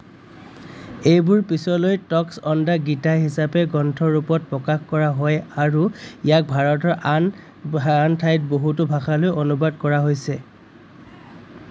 এইবোৰ পিছলৈ talks on the Gita হিচাপে গ্ৰন্থ ৰূপত প্ৰকাশ কৰা হয় আৰু ইয়াক ভাৰত আন ভান ঠাইত বহুতো ভাষালৈ অনুবাদ কৰা হৈছে